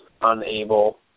unable